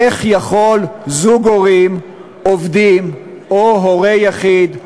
איך יכול זוג הורים עובדים או הורה יחיד,